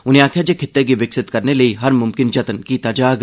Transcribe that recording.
उनें आखेआ जे खित्ते गी विकसित करने लेई हर मुमकिन जतन कीता जाग